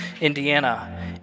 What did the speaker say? Indiana